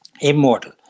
Immortal